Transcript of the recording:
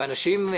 ואנשים,